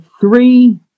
three